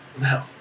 No